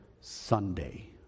Sunday